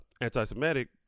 anti-Semitic